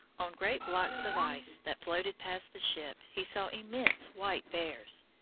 on great blocks of ice that floated past the ship he saw immense white bears.